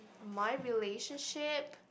my relationship